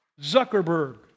Zuckerberg